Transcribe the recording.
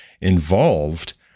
involved